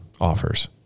offers